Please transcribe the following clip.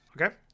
Okay